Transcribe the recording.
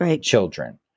children